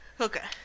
Okay